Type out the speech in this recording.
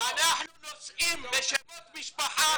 אנחנו נושאים בשמות משפחה